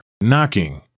knocking